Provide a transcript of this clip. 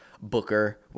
Booker